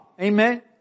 Amen